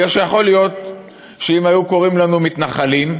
בגלל שיכול להיות שאם היו קוראים לנו מתנחלים,